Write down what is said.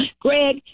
Greg